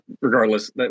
regardless